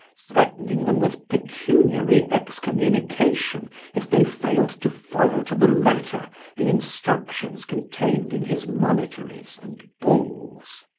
threatening them with pecuniary excommunication if they failed to follow to the letter the instructions contained in his monitories and bulls.